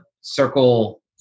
circle